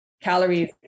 Calories